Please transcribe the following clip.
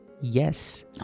yes